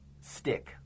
stick